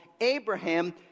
Abraham